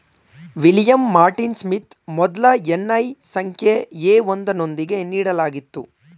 William Martin Smith ಮೊದ್ಲ N I ಸಂಖ್ಯೆ A ಒಂದು ನೊಂದಿಗೆ ನೀಡಲಾಗಿತ್ತು